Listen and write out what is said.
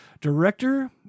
Director